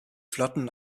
flotten